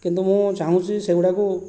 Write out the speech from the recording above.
କିନ୍ତୁ ମୁଁ ଚାହୁଁଛି ସେଗୁଡ଼ାକୁ